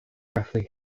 roughly